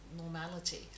normality